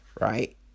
right